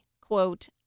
quote